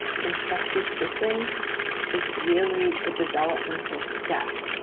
some trusted person is really a developmental step